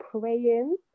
praying